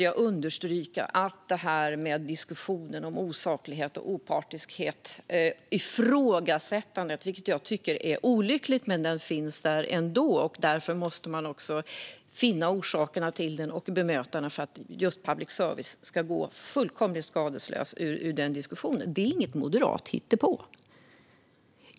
Jag måste när det gäller diskussionen om saklighet och opartiskhet understryka att ifrågasättandet finns där. Det är olyckligt, men man måste finna orsakerna till det och bemöta det för att public service ska gå fullständigt skadeslös ur den diskussionen. Detta är inget moderat hittepå.